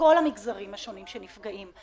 כל המגזרים השונים שנפגעים.